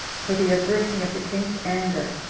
for the averting of the king's anger,